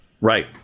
right